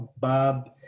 Bob